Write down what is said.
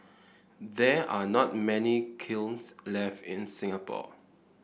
there are not many kilns left in Singapore